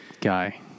guy